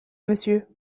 monsieur